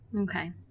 okay